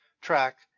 track